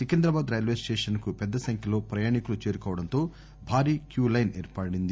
Secunderabad railway స్టేషన్కు పెద్ద సంఖ్యలో ప్రయాణికులు చేరుకోవడంతో భారీ క్యూలైన్ ఏర్పడింది